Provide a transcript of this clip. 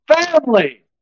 family